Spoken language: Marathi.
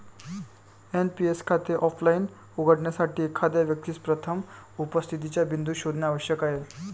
एन.पी.एस खाते ऑफलाइन उघडण्यासाठी, एखाद्या व्यक्तीस प्रथम उपस्थितीचा बिंदू शोधणे आवश्यक आहे